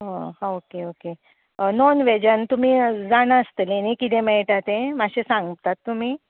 okay okay non वेजान तुमी जाणां आसतली न्हय कितें मेळटा तें मातशें सांगतात तुमी